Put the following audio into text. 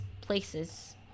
places